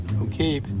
Okay